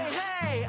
hey